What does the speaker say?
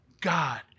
God